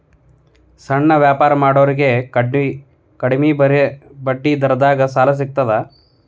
ಸಣ್ಣ ವ್ಯಾಪಾರ ಮಾಡೋರಿಗೆ ಕಡಿಮಿ ಬಡ್ಡಿ ದರದಾಗ್ ಸಾಲಾ ಸಿಗ್ತದಾ?